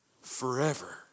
forever